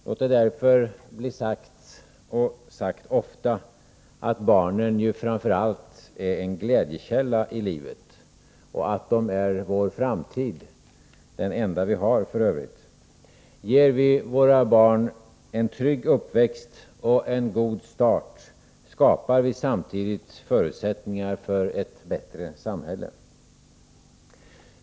Låt det därför bli sagt, och bli sagt ofta, att barnen framför allt är en glädjekälla i livet, att de är vår framtid —f. ö. den enda vi har. Ger vi våra barn en trygg uppväxt och en god start, skapar vi samtidigt förutsättningar för ett bättre samhälle.